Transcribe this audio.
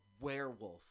werewolf